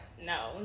no